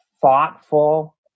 thoughtful